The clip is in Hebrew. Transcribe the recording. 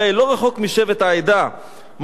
לא רחוק משבט "העדה" אמרתי,